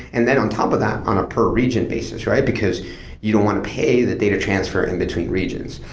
and then on top of that, on a per region basis, right? because you don't want to pay the data transfer in between regions.